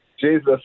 Jesus